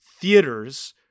theaters